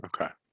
Okay